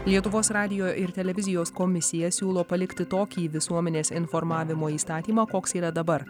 lietuvos radijo ir televizijos komisija siūlo palikti tokį visuomenės informavimo įstatymą koks yra dabar